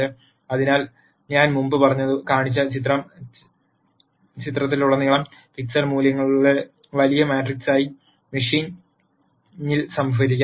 അതിനാൽ ഞാൻ മുമ്പ് കാണിച്ച ചിത്രം ചിത്രത്തിലുടനീളം പിക്സൽ മൂല്യങ്ങളുടെ വലിയ മാട്രിക്സായി മെഷീനിൽ സംഭരിക്കാം